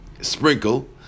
sprinkle